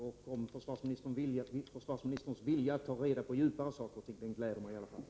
Fru talman! Den upplysning jag nu fick om försvarsministerns vilja att ta bättre reda på saker och ting gläder mig.